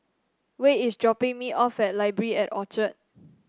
Wade is dropping me off at Library at Orchard